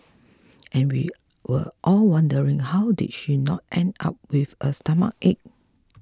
and we were all wondering how did she not end up with a stomachache